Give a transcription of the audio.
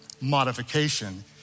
modification